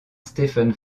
stephen